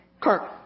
Kirk